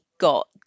got